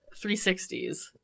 360s